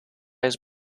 his